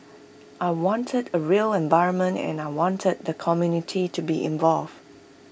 I wanted A real environment and I wanted the community to be involved